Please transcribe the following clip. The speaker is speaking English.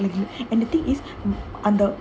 and the thing is and the